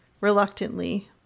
reluctantly